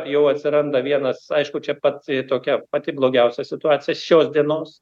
jau atsiranda vienas aišku čia pati tokia pati blogiausia situacija šios dienos